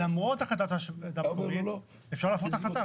למרות ההחלטה של הוועדה המקומית אפשר להפוך את ההחלטה,